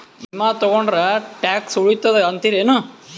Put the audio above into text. ವಿಮಾ ತೊಗೊಂಡ್ರ ಟ್ಯಾಕ್ಸ ಉಳಿತದ ಅಂತಿರೇನು?